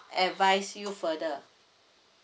advise you further